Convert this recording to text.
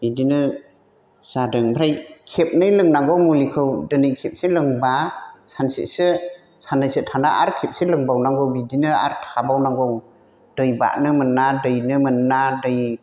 बेदिनो जादों ओमफ्राय खेबनै लोंनांगौ मुलिखौ दिनै खेबसे लोंब्ला सानसेसो सानैसो थाना आरो खेबसे लोंबाव बिदिनो आरो थाबाव नांगौ दै बारनो मोना दैनो मोना दै